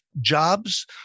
jobs